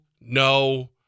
No